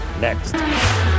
next